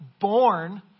born